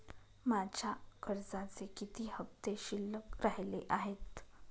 माझ्या कर्जाचे किती हफ्ते शिल्लक राहिले आहेत?